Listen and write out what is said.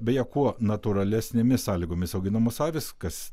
beje kuo natūralesnėmis sąlygomis auginamos avys kas